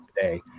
today